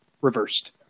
reversed